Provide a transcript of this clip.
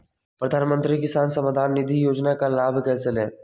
प्रधानमंत्री किसान समान निधि योजना का लाभ कैसे ले?